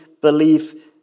believe